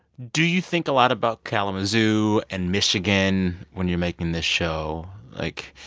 do you think a lot about kalamazoo and michigan when you're making this show? like,